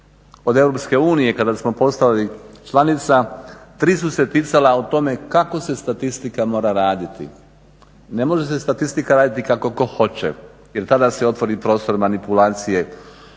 od EU kada smo postali članica, 3 su se ticala o tome kako se statistika mora raditi. Ne može se statistika raditi kako tko hoće jer tada se otvori prostor manipulacije